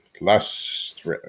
last